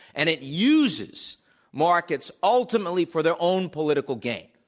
and it uses markets ultimately for their own political gain.